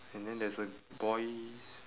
and then there is a boy